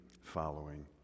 following